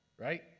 right